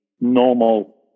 normal